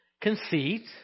conceit